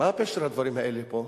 מה פשר הדברים האלה פה?